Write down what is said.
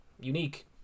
unique